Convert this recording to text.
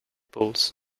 pools